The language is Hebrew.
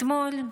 אתמול,